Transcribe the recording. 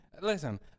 Listen